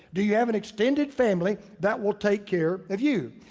do you have an extended family that will take care of you?